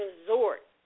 resort